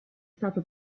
stato